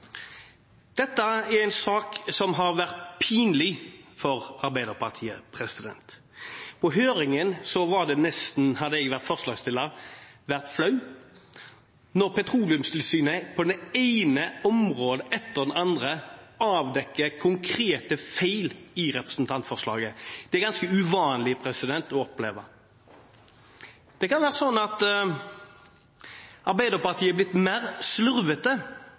Dette er en sak som har vært pinlig for Arbeiderpartiet. I høringen var det nesten flaut – hadde jeg vært forslagsstiller, hadde jeg vært flau – da Petroleumstilsynet på det ene området etter det andre avdekket konkrete feil i representantforslaget. Det er ganske uvanlig å oppleve. Det kan være at Arbeiderpartiet er blitt mer slurvete